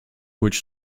which